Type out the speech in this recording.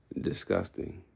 Disgusting